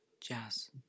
Jazz